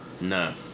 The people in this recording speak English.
no